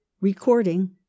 Recording